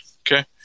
Okay